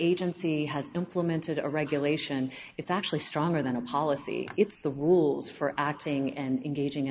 agency has implemented a regulation it's actually stronger than a policy it's the rules for acting and engaging